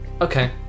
Okay